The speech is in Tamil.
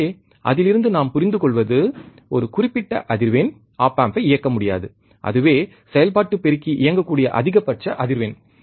எனவே அதிலிருந்து நாம் புரிந்துகொள்வது ஒரு குறிப்பிட்ட அதிர்வெண் ஒப் ஆம்பை இயக்க முடியாது அதுவே செயல்பாட்டு பெருக்கி இயங்க கூடிய அதிகபட்ச அதிர்வெண்